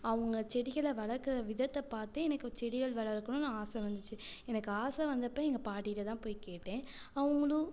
அவங்க செடிகள் வளர்க்கற விதத்தைப் பார்த்து எனக்கு செடிகள் வளர்க்கணுன்னு ஆசை வந்துச்சு எனக்கு ஆசை வந்தப்போ எங்கள் பாட்டிகிட்ட தான் போய் கேட்டேன் அவங்களும்